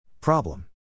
Problem